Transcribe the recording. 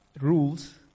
rules